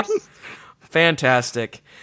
Fantastic